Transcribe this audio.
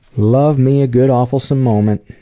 love me a good awfulsome moment.